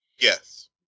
Yes